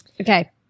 Okay